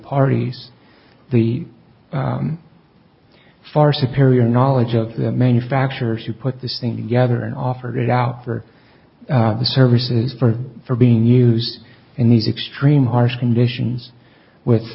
parties the far superior knowledge of the manufacturers who put this thing together and offered it out for the services for for being used in these extreme harsh conditions with